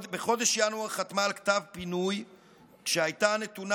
בחודש ינואר חתמה על כתב פינוי כשהייתה נתונה